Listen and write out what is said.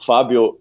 Fabio